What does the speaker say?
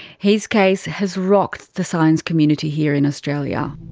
his case has rocked the science community here in australia.